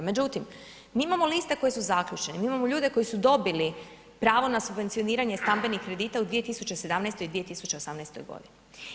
Međutim, mi imamo liste koje su zaključene, mi imamo ljude koji su dobili pravo na subvencioniranje stambenih kredita u 2017. i 2018. godini.